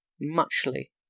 Muchly